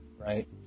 right